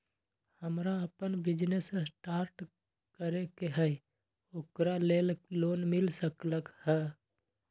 हमरा अपन business start करे के है ओकरा लेल लोन मिल सकलक ह?